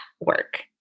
work